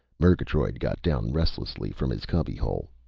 murgatroyd got down restlessly from his cubbyhole.